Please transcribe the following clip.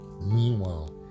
Meanwhile